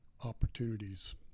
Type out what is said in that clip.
opportunities